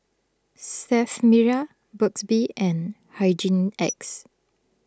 Sterf Mirror Burt's Bee and Hygin X